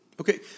Okay